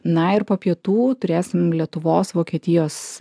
na ir po pietų turėsim lietuvos vokietijos